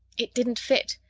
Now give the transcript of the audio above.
it didn't fit.